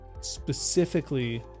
specifically